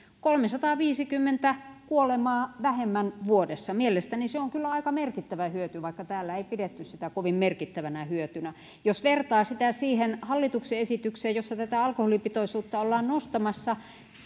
kolmesataaviisikymmentä kuolemaa vähemmän vuodessa mielestäni se on kyllä aika merkittävä hyöty vaikka täällä ei pidetty sitä kovin merkittävänä hyötynä jos vertaa sitä siihen hallituksen esitykseen jossa tätä alkoholipitoisuutta ollaan nostamassa